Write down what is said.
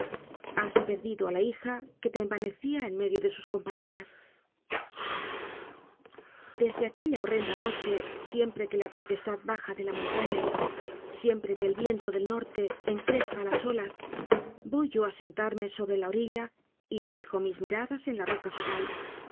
has perdido á la hija que te envanec ia en medio de sus compañeras desde aquella horrenda noche siempre que la tempestad baja de la montaña siempre que el viento del norte encrespa las olas voy yo á sentarme sobre la orilla y fijo mis miradas en la roca fatal